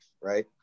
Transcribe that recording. Right